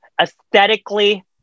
aesthetically